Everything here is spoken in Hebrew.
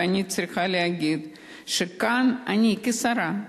ואני צריכה להגיד שכאן אני כשרה,